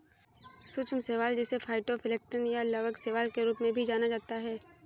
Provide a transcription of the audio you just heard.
सूक्ष्म शैवाल जिसे फाइटोप्लैंक्टन या प्लवक शैवाल के रूप में भी जाना जाता है